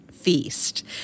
feast